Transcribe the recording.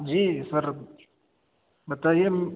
جی sir بتائیے